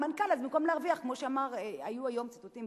אז המנכ"ל, במקום להרוויח, היו פה היום ציטוטים